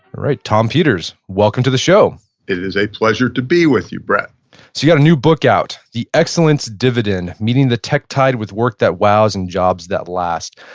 right. tom peters. welcome to the show it is a pleasure to be with you brett so you've got a new book out. the excellence dividend-meeting the tech tide with work that wows and jobs that last.